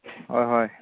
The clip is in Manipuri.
ꯍꯣꯏ ꯍꯣꯏ